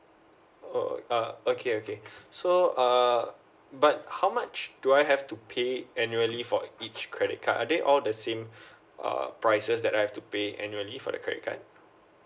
oh uh okay okay so uh but how much do I have to pay it annually for each credit card are they all the same uh prices that I have to pay annually for the credit card